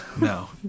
No